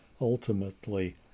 ultimately